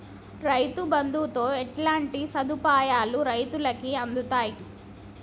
రైతు బంధుతో ఎట్లాంటి సదుపాయాలు రైతులకి అందుతయి?